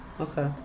Okay